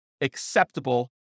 acceptable